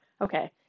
okay